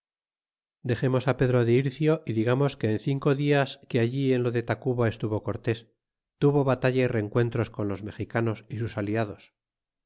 dexemos pedro de ircio y digamos que en cinco dias que allí en lo de tacuba estuvo cortés tuvo batalla y rencuen tres con los mexicanos y sus aliados